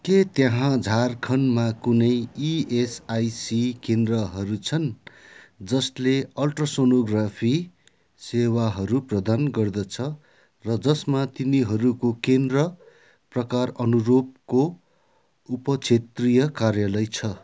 के त्यहाँ झारखण्डमा कुनै इएसआइसी केन्द्रहरू छन् जसले अल्ट्रासोनोग्राफी सेवाहरू प्रदान गर्दछ र जसमा तिनीहरूको केन्द्र प्रकार अनुरूपको उपक्षेत्रीय कार्यालय छ